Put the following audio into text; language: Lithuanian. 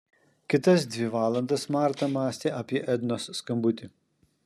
kitas dvi valandas marta mąstė apie ednos skambutį